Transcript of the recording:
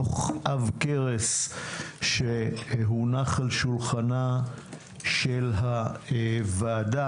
דוח עב כרס שהונח על שולחנה של הוועדה,